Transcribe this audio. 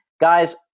guys